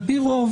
על פי רוב,